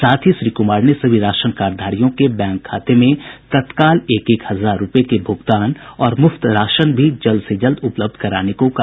साथ ही श्री कुमार ने सभी राशन कार्डधारियों के बैंक खाते में तत्काल एक एक हजार रूपये के भ्रगतान और मूफ्त राशन भी जल्द से जल्द उपलब्ध कराने को कहा